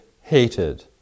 hated